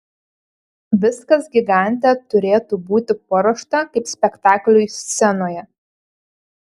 viskas gigante turėtų būti paruošta kaip spektakliui scenoje